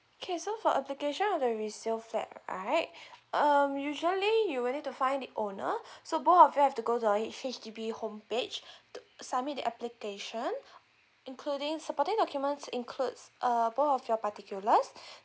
okay so for application of the resale flat right um usually you will need to find the owner so both of you have to go to the H H_D_B home page to submit the application including supporting documents includes err both of your particulars